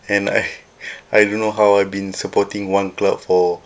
and I I don't know how I've been supporting one club for